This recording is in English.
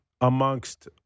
amongst